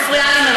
את מפריעה לי,